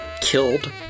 killed